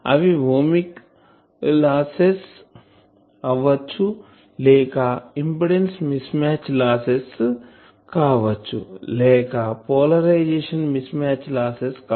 అవి ohmic losses అవ్వచ్చులేక అవి ఇంపిడెన్సు మిస్ మ్యాచ్ లాసెస్ కావచ్చులేక polarization mismatch losses polarization mismatch losses